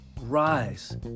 rise